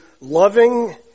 loving